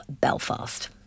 Belfast